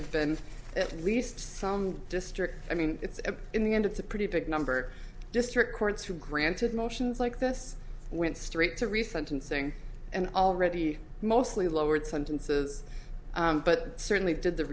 have been at least some districts i mean it's in the end it's a pretty big number district courts who granted motions like this went straight to recent thing and already mostly lowered sentences but certainly did the